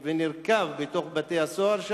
שנרקב שם בבתי-הסוהר.